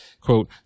Quote